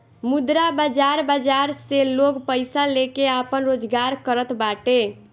मुद्रा बाजार बाजार से लोग पईसा लेके आपन रोजगार करत बाटे